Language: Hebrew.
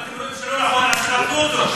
אם אתם חושבים שלא נכון, תבטלו אותו.